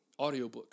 audiobooks